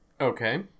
Okay